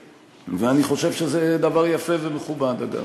ואני חושב שזה דבר יפה ומכובד, אגב.